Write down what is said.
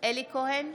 אלי כהן,